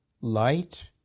light